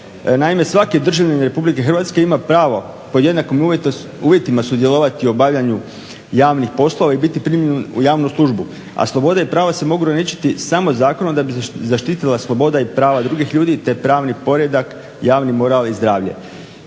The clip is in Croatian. Naime, svaki državljanin Republike Hrvatske ima pravo pod jednakim uvjetima sudjelovati u obavljanju javnih poslova i biti primljeni u javnu službu, a slobode i prava se mogu ograničiti samo zakonom da bi se zaštitila sloboda i prava drugih ljudi, te pravni poredak, javni moral i zdravlje.